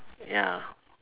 ya